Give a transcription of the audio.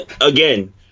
again